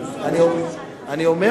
אדוני, אני אעלה להשיב.